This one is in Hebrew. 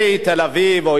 הם באמת מסכנים.